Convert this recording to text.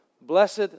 Blessed